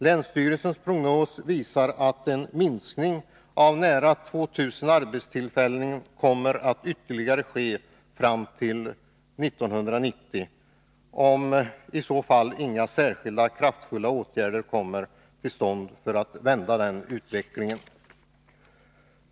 Länsstyrelsens prognos visar att en minskning med ytterligare nära 2 000 arbetstillfällen kommer att ske fram till 1990, om inga kraftfulla åtgärder kommer till stånd för att vända utvecklingen.